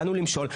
באנו למשול.